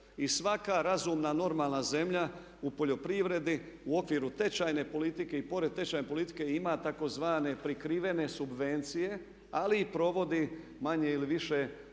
I svaka razumna, normalna zemlja u poljoprivredi u okviru tečajne politike i pored tečajne politike ima tzv. prikrivene subvencije, ali i provodi manje ili više hajmo